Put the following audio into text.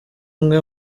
umwe